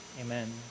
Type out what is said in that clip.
Amen